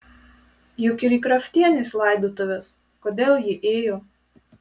juk ir į kraftienės laidotuvės kodėl ji ėjo